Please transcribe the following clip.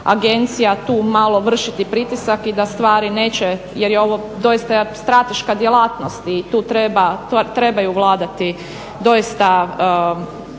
agencija tu malo vršiti pritisak i da stvari neće, jer je ovo doista strateška djelatnost i tu trebaju vladati doista